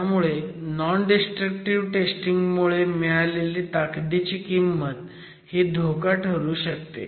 त्यामुळे non destructive testing मुळे मिळालेली ताकदीची किंमत ही धोका ठरू शकते